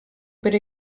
per